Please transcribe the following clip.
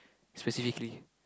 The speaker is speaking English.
specifically